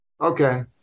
Okay